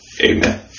Amen